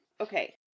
Okay